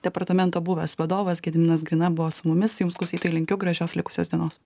departamento buvęs vadovas gediminas grina buvo su mumis jums klausytojai linkiu gražios likusios dienos